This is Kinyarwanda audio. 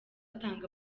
batanga